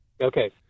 Okay